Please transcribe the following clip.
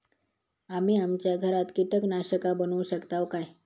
आम्ही आमच्या घरात कीटकनाशका बनवू शकताव काय?